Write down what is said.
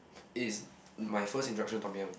it's my first introduction to tom-yum